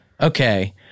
Okay